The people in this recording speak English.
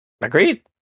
Agreed